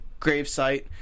gravesite